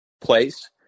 Place